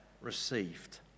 received